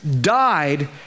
died